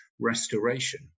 restoration